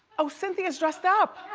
oh, cynthia's dressed up!